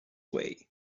way